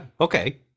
Okay